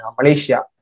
Malaysia